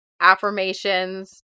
affirmations